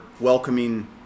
welcoming